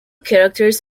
characters